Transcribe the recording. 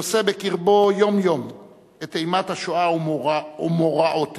נושא בקרבו יום-יום את אימת השואה ומוראותיה,